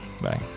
Bye